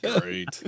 great